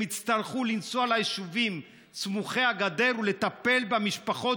הם יצטרכו לנסוע ליישובים סמוכי הגדר ולטפל במשפחות